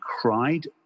cried